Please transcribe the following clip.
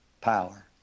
power